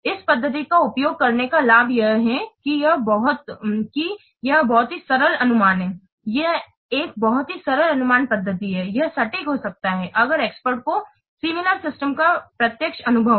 इस पद्धति का उपयोग करने का लाभ यह है कि यह बहुत ही सरल अनुमान है यह एक बहुत ही सरल अनुमान पद्धति है यह सटीक हो सकता है अगर एक्सपर्ट को सिमिलर सिस्टम्स similar systems का प्रत्यक्ष अनुभव है